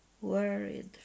worried